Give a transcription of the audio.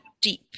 deep